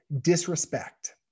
disrespect